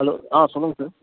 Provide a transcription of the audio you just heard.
hello ஆ சொல்லுங்கள் sir